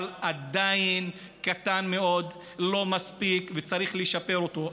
אבל עדיין קטן מאוד, לא מספיק, וצריך לשפר אותו.